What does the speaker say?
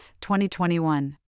2021